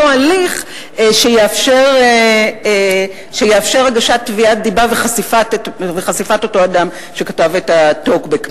הליך שיאפשר הגשת תביעת דיבה וחשיפת אותו אדם שכתב את הטוקבק.